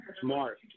smart